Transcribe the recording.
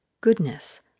goodness